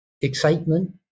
excitement